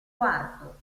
quarto